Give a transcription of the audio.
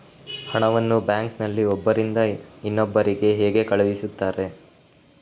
ಹಣವನ್ನು ಬ್ಯಾಂಕ್ ನಲ್ಲಿ ಒಬ್ಬರಿಂದ ಇನ್ನೊಬ್ಬರಿಗೆ ಹೇಗೆ ಕಳುಹಿಸುತ್ತಾರೆ?